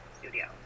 studio